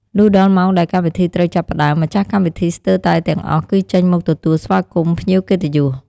លុះដល់ម៉ោងដែលកម្មវិធីត្រូវចាប់ផ្តើម ម្ចាស់កម្មវិធីស្ទើរតែទាំងអស់គឺចេញមកទទួលស្វាគមន៍ភ្ញៀវកិត្តិយស។